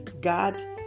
God